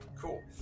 Cool